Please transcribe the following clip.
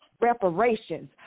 reparations